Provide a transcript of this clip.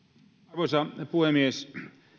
arvoisa puhemies